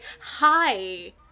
hi